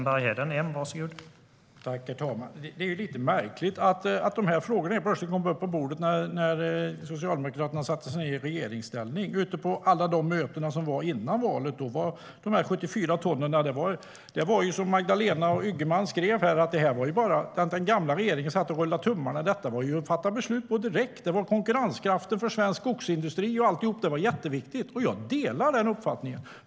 Herr talman! Det är lite märkligt att de här frågorna helt plötsligt kom upp på bordet när Socialdemokraterna satte sig i regeringsställning. På alla de möten om dessa 74 ton som skedde före valet var det som Magdalena och Ygeman skrev, nämligen att den gamla regeringen satt och rullade tummarna. Det var ju bara att fatta beslut direkt; det gällde konkurrenskraften för svensk skogsindustri och alltihop. Det var jätteviktigt, och jag delar den uppfattningen.